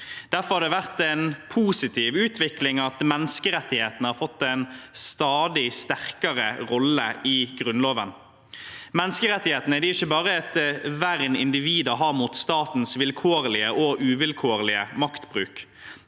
Derfor har det vært en positiv utvikling at menneskerettighetene har fått en stadig sterkere rolle i Grunnloven. Menneskerettighetene er ikke bare et vern individet har mot statens vilkårlige og uvilkårlige maktbruk.